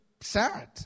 sad